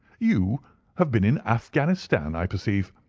you have been in afghanistan, i perceive.